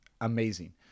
amazing